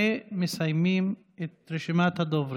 ומסיימים את רשימת הדוברים.